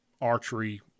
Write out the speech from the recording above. archery